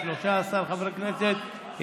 13 חברי כנסת.